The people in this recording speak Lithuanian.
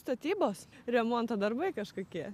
statybos remonto darbai kažkokie